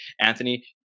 Anthony